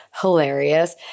hilarious